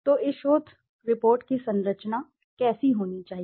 तो इस शोध रिपोर्ट की संरचना संरचना कैसी होनी चाहिए